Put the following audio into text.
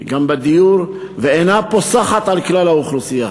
היא גם בדיור, ואינה פוסחת על כלל האוכלוסייה,